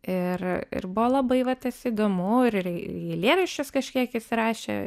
ir ir buvo labai va tas įdomu ir eilėraščius kažkiek jis rašė